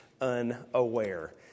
unaware